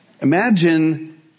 Imagine